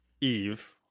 eve